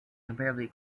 comparatively